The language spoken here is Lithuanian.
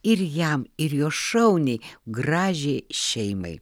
ir jam ir jo šauniai gražiai šeimai